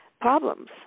problems